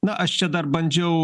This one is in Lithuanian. na aš čia dar bandžiau